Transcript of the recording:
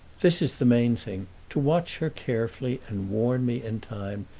this is the main thing to watch her carefully and warn me in time,